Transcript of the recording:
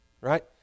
right